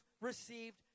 received